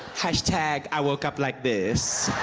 hashtag, i woke up like this.